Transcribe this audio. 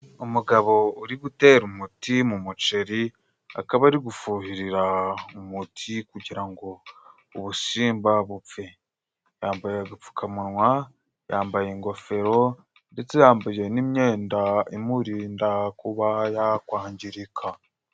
Umugabo uri gutera umuti mu muceri akaba ari gufuhirira umuti kugira ngo ubusimba bupfe. Yambaye agapfukamunwa, yambaye ingofero, ndetse yambaye n'imyenda imurinda kuba yakwangirika.